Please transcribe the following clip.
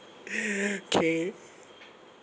kay